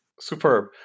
Superb